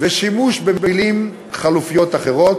ובשימוש במילים חלופיות אחרות,